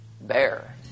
bear